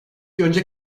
önce